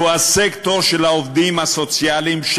והוא הסקטור של העובדים הסוציאליים,